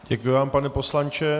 Děkuji vám, pane poslanče.